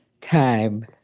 Time